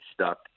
stuck